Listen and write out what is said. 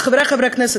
חברי חברי הכנסת,